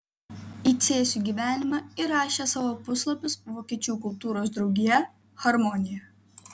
į cėsių gyvenimą įrašė savo puslapius vokiečių kultūros draugija harmonija